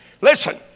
Listen